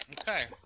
okay